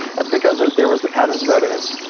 that's because there was the patterns of evidence,